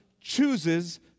chooses